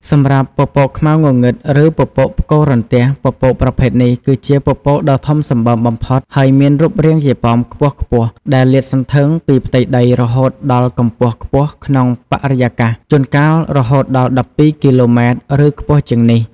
សម្រាប់ពពកខ្មៅងងឹត ឬពពកផ្គររន្ទះ ពពកប្រភេទនេះគឺជាពពកដ៏ធំសម្បើមបំផុត ហើយមានរូបរាងជាប៉មខ្ពស់ៗ ដែលលាតសន្ធឹងពីផ្ទៃដីរហូតដល់កម្ពស់ខ្ពស់ក្នុងបរិយាកាស ជួនកាលរហូតដល់ ១២ គីឡូម៉ែត្រ ឬខ្ពស់ជាងនេះ។